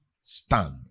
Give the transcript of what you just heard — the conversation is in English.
stand